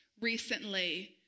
recently